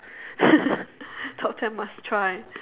top ten must try